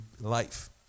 life